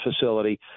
facility